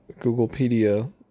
Googlepedia